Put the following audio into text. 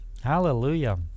Hallelujah